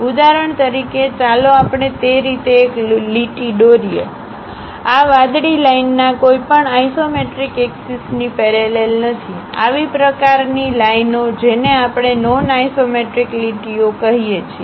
ઉદાહરણ તરીકે ચાલો આપણે તે રીતે એક લીટી દોરીએ આ વાદળી લાઇન આ કોઈપણ આઇસોમેટ્રિક એક્સિસ ની પેરેલલ નથી આવી પ્રકારની લાઇનઓ જેને આપણે નોન આઇસોમેટ્રિક લીટીઓ કહીએ છીએ